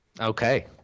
Okay